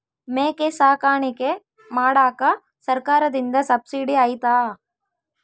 ಮೇಕೆ ಸಾಕಾಣಿಕೆ ಮಾಡಾಕ ಸರ್ಕಾರದಿಂದ ಸಬ್ಸಿಡಿ ಐತಾ?